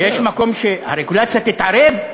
יש מקום שהרגולציה תתערב,